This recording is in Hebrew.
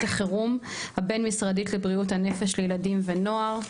החירום הבין-משרדית לבריאות הנפש לילדים ונוער.